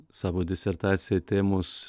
savo disertacijai tėmos